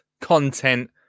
content